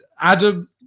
Adam